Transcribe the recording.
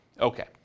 Okay